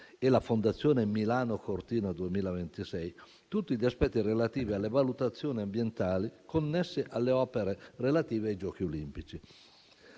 e la Fondazione Milano-Cortina 2026, tutti gli aspetti relativi alle valutazioni ambientali connesse alle opere relative ai Giochi olimpici.